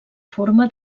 forma